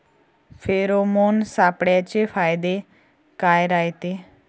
Pheromone सापळ्याचे फायदे काय रायते?